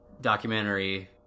documentary